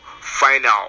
final